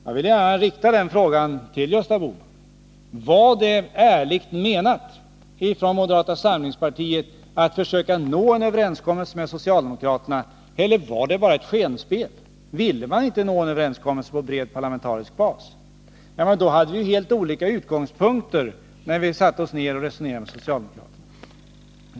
Jag vill gärna rikta frågan till Gösta Bohman: Var det ärligt menat från moderata samlingspartiets sida att försöka nå en överenskommelse med socialdemokraterna, eller var det bara ett skenspel? Ville man inte nå en överenskommelse på bred parlamentarisk bas? I så fall hade vi helt olika utgångspunkter när vi satte oss ned och resonerade med socialdemokraterna.